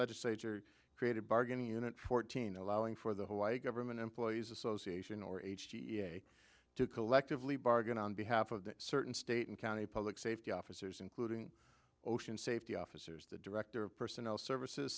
legislature created bargaining unit fourteen allowing for the hawaii government employees association or h g e a to collectively bargain on behalf of certain state and county public safety officers including ocean safety officers the director of personnel services